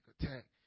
attack